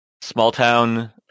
small-town